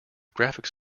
graphics